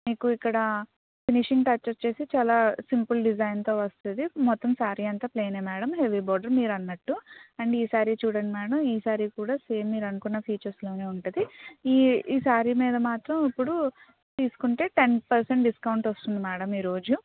మీకు ఇక్కడ finishing touch వచ్చేసి చాలా సింపుల్ డిజైన్తో వస్తుంది మొత్తం శారీ అంత ప్లెయినే మేడం హెవీ బోర్డర్ మీరన్నట్టు అండ్ ఈ శారీ చూడండి మేడం ఈ శారీ కూడా సేమ్ మీరు అనుకున్న ఫీచర్స్లోనే ఉంటుంది ఈ ఈ శారీ మీద మాత్రం ఇప్పుడు తీసుకుంటే టెన్ పర్సెంట్ డిస్కౌంట్ వస్తుంది మేడం ఈరోజు